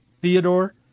Theodore